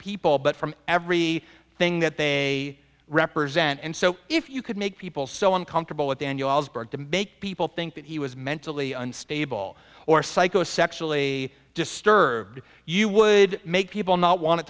people but from every thing that they represent and so if you could make people so uncomfortable with daniel ellsberg to make people think that he was mentally unstable or psycho sexually disturbed you would make people not want to